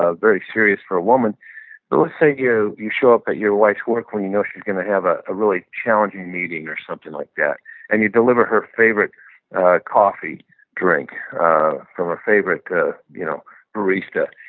ah very serious for a woman but let's say you you show up at your wife's work when you know she's going to have ah a really challenging meeting or something like that and you deliver her favorite coffee drink from her favorite you know barista.